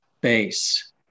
base